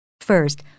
First